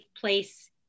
place